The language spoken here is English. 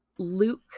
Luke